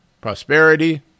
prosperity